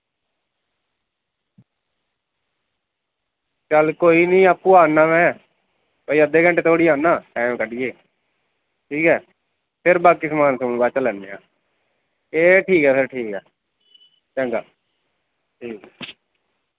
चल कोई निं आपूं आन्ना में एह् अद्धे घैंटे धोड़ी आन्ना टैम कड्ढियै ठीक ऐ फिर बाकी समान बाद च लैन्ने आं एह् ठीक ऐ फिर ठीक ऐ चंगा ठीक ऐ